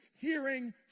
hearing